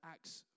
Acts